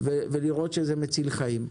ולראות שזה מציל חיים.